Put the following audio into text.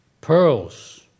pearls